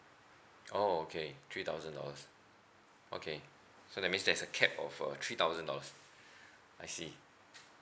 oh okay three thousand dollars okay so that means there's a cap of a three thousand dollars I see